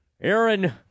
aaron